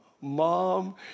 Mom